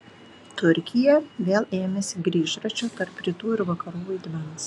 turkija vėl ėmėsi grįžračio tarp rytų ir vakarų vaidmens